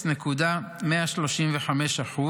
ב-0.135%,